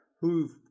who've